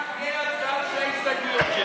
זה היה אחרי ההצבעה על שתי הסתייגויות.